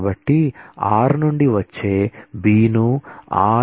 కాబట్టి r నుండి వచ్చే b ను r